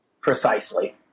Precisely